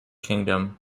kingdom